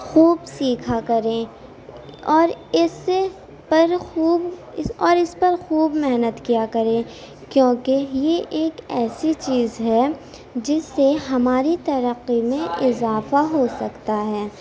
خوب سیکھا کریں اور اس پر خوب اس اور اس پر خوب محنت کیا کریں کیونکہ یہ ایک ایسی چیز ہے جس سے ہماری ترقی میں اضافہ ہوسکتا ہے